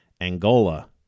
angola